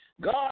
God